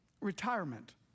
retirement